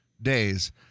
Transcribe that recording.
Days